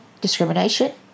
discrimination